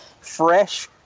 fresh